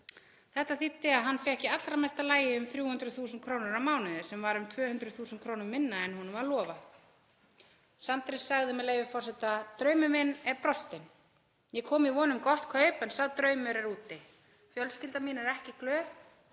Þetta þýddi að hann fékk í allra mesta lagi um 300.000 kr. á mánuði, sem er um 200.000 kr. minna en honum var lofað. Sandris sagði, með leyfi forseta: „Draumur minn er brostinn. Ég kom í von um gott kaup en sá draumur er úti. Fjölskyldan mín er ekki glöð